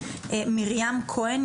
מרים כהן,